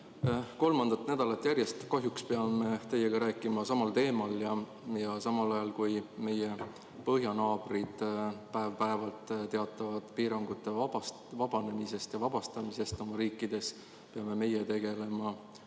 Kolmandat nädalat järjest kahjuks peame teiega rääkima samal teemal. Samal ajal, kui meie põhjanaabrid päev-päevalt teatavad piirangutest vabanemisest ja vabastamisest oma riikides, peame meie tegelema kolmanda